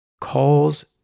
calls